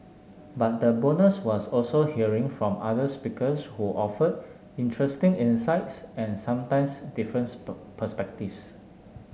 but the bonus was also hearing from other speakers who offered interesting insights and sometimes different perspectives